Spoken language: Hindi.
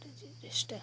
एश्टा